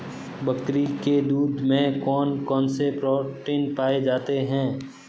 बकरी के दूध में कौन कौनसे प्रोटीन पाए जाते हैं?